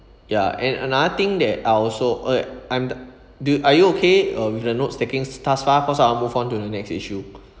ya and another thing that I also eh I'm do are you okay uh with the notes-taking thus far cause I'll move on to the next issue